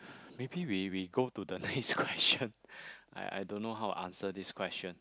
maybe we we go to the next question I I don't know how to answer this question